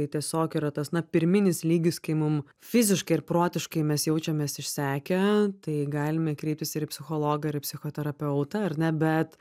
tai tiesiog yra tas na pirminis lygis kai mum fiziškai ir protiškai mes jaučiamės išsekę tai galime kreiptis ir į psichologą ir į psichoterapeutą ar ne bet